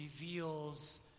reveals